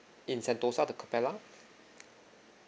in sentosa the capella